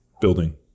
building